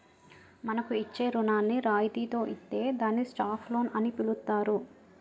మనకు ఇచ్చే రుణాన్ని రాయితితో ఇత్తే దాన్ని స్టాప్ లోన్ అని పిలుత్తారు